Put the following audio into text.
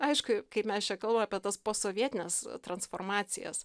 aišku kaip mes čia kalbam apie tas posovietines transformacijas